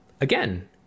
again